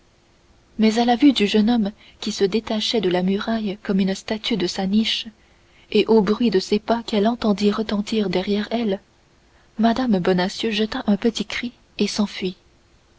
mais à la vue du jeune homme qui se détachait de la muraille comme une statue de sa niche et au bruit des pas qu'elle entendit retentir derrière elle mme bonacieux jeta un petit cri et s'enfuit